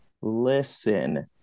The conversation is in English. listen